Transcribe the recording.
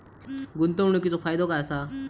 गुंतवणीचो फायदो काय असा?